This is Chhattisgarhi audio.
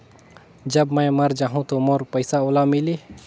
जब मै मर जाहूं तो मोर पइसा ओला मिली?